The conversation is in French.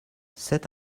sept